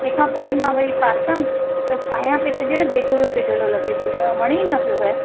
तंहिंखां पोइ बि भई मां पातमि त पायां पई त ॼणु बेडोलो बेडोलो लॻे पिओ ॼणु वणे ई न पियो पर